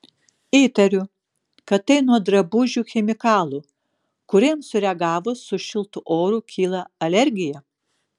įtariu kad tai nuo drabužių chemikalų kuriems sureagavus su šiltu oru kyla alergija